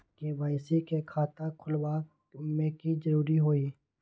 KYC के खाता खुलवा में की जरूरी होई?